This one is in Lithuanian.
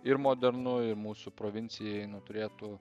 ir modernu ir mūsų provincijai nu turėtų